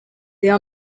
there